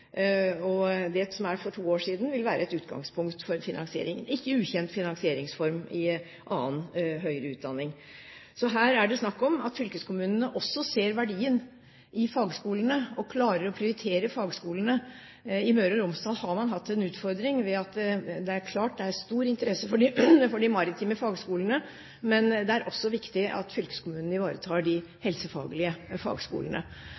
og det som var for to år siden, vil være et utgangspunkt for finansiering – en ikke ukjent finansieringsform i annen høyere utdanning. Så her er det snakk om at fylkeskommunene også ser verdien i fagskolene og klarer å prioritere disse. I Møre og Romsdal har man hatt en utfordring. Det er klart det er stor interesse for de maritime fagskolene, men det er også viktig at fylkeskommunene ivaretar de helsefaglige fagskolene.